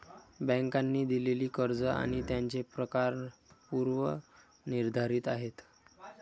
बँकांनी दिलेली कर्ज आणि त्यांचे प्रकार पूर्व निर्धारित आहेत